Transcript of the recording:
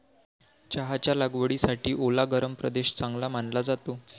चहाच्या लागवडीसाठी ओला गरम प्रदेश चांगला मानला जातो